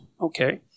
Okay